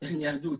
אין יהדות